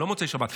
לא במוצאי שבת,